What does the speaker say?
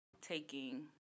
taking